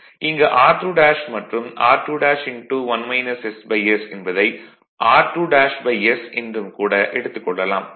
இங்கு r2 மற்றும் r2s என்பதை r2s என்றும் கூட எடுத்துக் கொள்ளலாம்